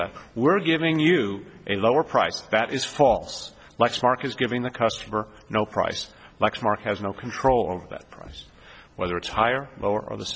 that we're giving you a lower price that is false lexmark is giving the customer no price lexmark has no control over that price whether it's higher or lower or the